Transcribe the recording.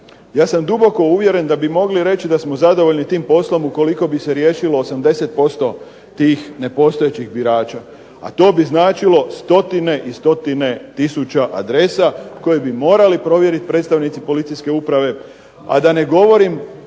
ja sam duboko uvjeren da bi mogli reći da smo zadovoljni tim poslom ukoliko bi se riješilo 80% tih nepostojećih birača, a to bi značilo stotine i stotine tisuća adresa ..../. koje bi morali provjeriti predstavnici policijske uprave, a da ne govorim